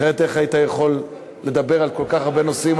אחרת איך היית יכול לדבר על כל כך הרבה נושאים,